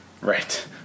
Right